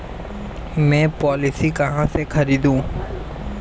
मैं पॉलिसी कहाँ से खरीदूं?